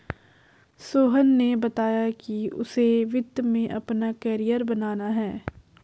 सोहन ने बताया कि उसे वित्त में अपना कैरियर बनाना है